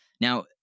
Now